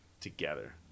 Together